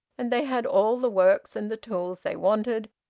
and they had all the works and the tools they wanted,